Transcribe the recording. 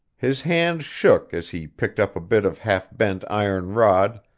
his hand shook as he picked up a bit of half-bent iron rod,